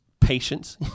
patience